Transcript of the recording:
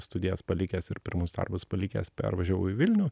studijas palikęs ir pirmus darbus palikęs pervažiavau į vilnių